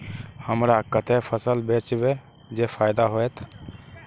हमरा कते फसल बेचब जे फायदा होयत?